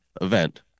event